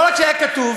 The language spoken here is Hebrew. לא רק שהיה כתוב,